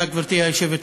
תודה, גברתי היושבת-ראש.